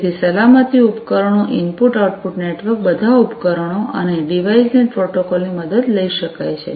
તેથી સલામતી ઉપકરણો ઇનપુટ આઉટપુટ નેટવર્ક બધા ઉપકરણો અને ડિવાઇસનેટ પ્રોટોકોલ ની મદદ લઈ શકશે